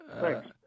Thanks